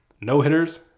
no-hitters